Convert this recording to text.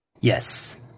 Yes